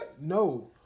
No